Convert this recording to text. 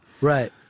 Right